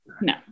No